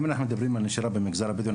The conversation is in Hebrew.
אם אנחנו מדברים על נשירה במגזר הבדואי,